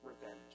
revenge